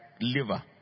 liver